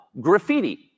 graffiti